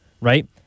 right